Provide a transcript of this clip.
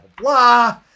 blah